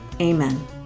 Amen